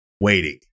waiting